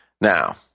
Now